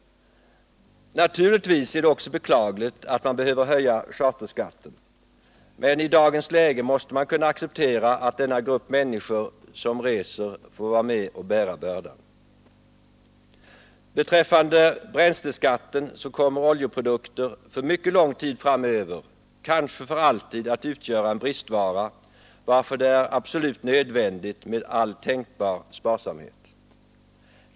Naturligtvis är det också beklagligt att man behöver höja charterskatten, men i dagens läge måste man kunna acceptera att den grupp människor som reser får vara med och bära bördan. Beträffande bränsleskatten vill jag framhålla att oljeprodukter för mycket lång tid framöver, kanske för alltid, kommer att utgöra en bristvara, varför det är absolut nödvändigt med all tänkbar sparsamhet.